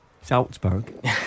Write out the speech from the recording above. Salzburg